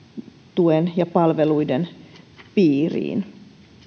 tuen ja palveluiden piiriin